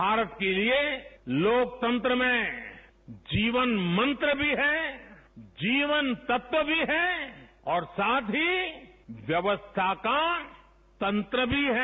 भारत के लिए लोकतंत्र में जीवन मंत्र भी है जीवन तत्व भी है और साथ ही व्यवस्था का तंत्र भी है